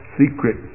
secret